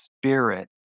spirit